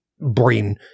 brain